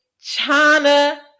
China